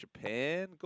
Japan